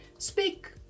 speak